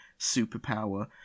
superpower